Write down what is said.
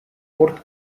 port